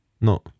no